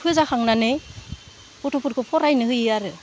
फोजाखांनानै गथ'फोरखौ फरायनो होयो आरो